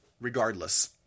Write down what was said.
regardless